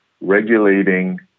regulating